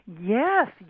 Yes